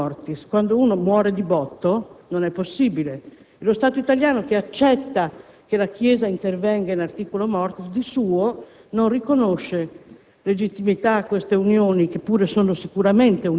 Non sempre è possibile il matrimonio *in* *articulo* *mortis*: quando si muore all'improvviso non è possibile. Lo Stato italiano, che accetta che la Chiesa intervenga *in* *articulo mortis,* di suo non riconosce